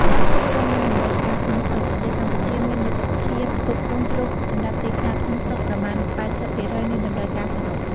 ការផ្គត់ផ្គង់ និងតម្រូវការក្នុងស្រុក ប្រទេសកម្ពុជាមានលទ្ធភាពផ្គត់ផ្គង់ជ្រូកសម្រាប់ទីផ្សារក្នុងស្រុកប្រមាណ ៨០% នៃតម្រូវការសរុប។